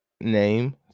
name